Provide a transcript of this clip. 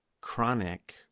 chronic